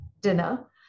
dinner